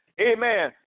Amen